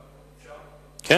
היושב-ראש,